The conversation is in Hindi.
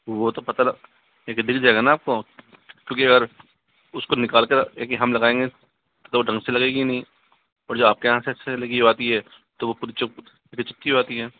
वो तो पता लग दिख जाएगा न आपको क्योंकि अगर उसको निकाल कर के हम लगाएंगे तो ढंग से लगेगी नहीं और जो आपके यहाँ से से लगी हुई आती है तो वो पूरी चिपकी हुई आती है